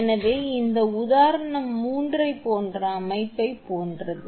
எனவே இந்த உதாரணம் 3 ஐப் போன்ற அமைப்பைப் போன்றது